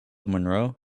monroe